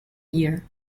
year